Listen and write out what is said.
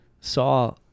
saw